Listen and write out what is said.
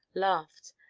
laughed.